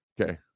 Okay